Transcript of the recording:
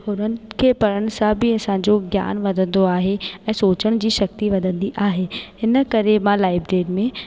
हुननि खे पढ़ण सां बि असांजो ज्ञान वधंदो आहे ऐं सोचण जी शक्ति वधंदी आहे हिन करे मां लाएब्रेरी में